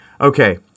Okay